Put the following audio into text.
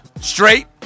Straight